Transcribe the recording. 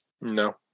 no